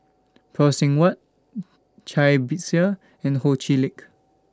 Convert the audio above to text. Phay Seng Whatt Cai Bixia and Ho Chee Lick